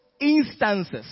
instances